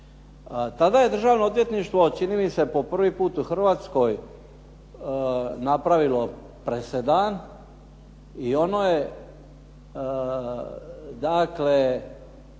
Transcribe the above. Tada je Državno odvjetništvo čini mi se po prvi put u Hrvatskoj napravilo presedan i ono je dakle,